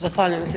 Zahvaljujem se.